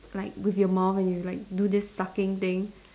like with your mouth and you like do this sucking thing